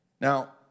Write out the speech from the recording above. Now